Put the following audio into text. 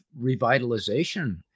revitalization